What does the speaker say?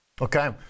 Okay